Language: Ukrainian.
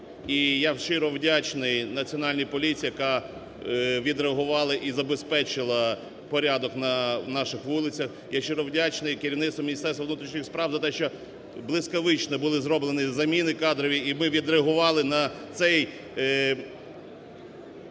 я щиро вдячний Національній поліції, яка відреагувала і забезпечила порядок на наших вулицях, я щиро вдячний керівництву Міністерства внутрішніх справ за те, що блискавично були зроблені заміни кадрові і ми відреагували на цей